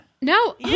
No